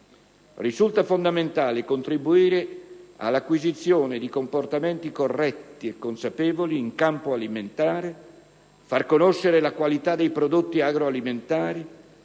Risulta fondamentale contribuire all'acquisizione di comportamenti corretti e consapevoli in campo alimentare, far conoscere la qualità dei prodotti agroalimentari,